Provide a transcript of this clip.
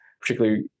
particularly